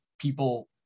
people